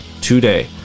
today